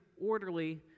orderly